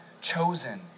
chosen